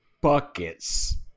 buckets